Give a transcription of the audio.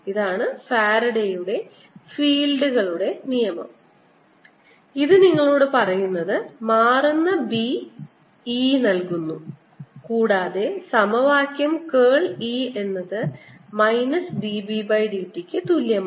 ഇതാണ് ഫാരഡെയുടെ ഫീൽഡുകളുടെ നിയമം ഇത് നിങ്ങളോട് പറയുന്നത് മാറുന്ന B E നൽകുന്നു കൂടാതെ സമവാക്യം കേൾ E എന്നത് മൈനസ് dB by dt ക്ക് തുല്യമാണ്